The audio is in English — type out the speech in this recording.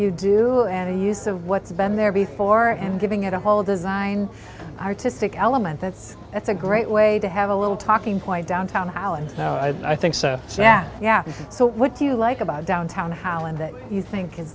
you do and the use of what's been there before and giving it a whole design artistic element that's that's a great way to have a little talking point downtown allen i think so yeah yeah so what do you like about downtown holland that you think can